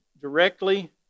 directly